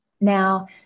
Now